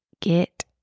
get